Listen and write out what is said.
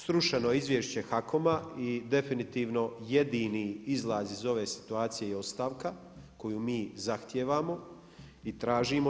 Srušeno je izvješće HAKOM-a i definitivno jedini izlaz iz ove situacije je i ostavka koju mi zahtijevamo i tražimo.